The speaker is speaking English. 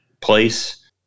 place